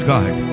God